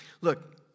Look